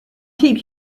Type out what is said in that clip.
keep